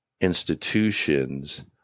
Institutions